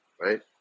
right